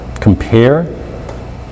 compare